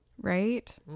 Right